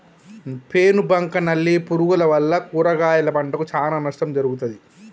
పేను బంక నల్లి పురుగుల వల్ల కూరగాయల పంటకు చానా నష్టం జరుగుతది